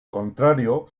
contrario